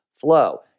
flow